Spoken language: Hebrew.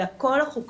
אלא כל החוקרים,